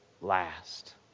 last